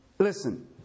Listen